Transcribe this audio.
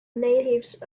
natives